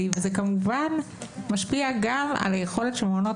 וכמובן שזה משפיע גם על היכולת של מעונות